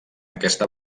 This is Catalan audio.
aquesta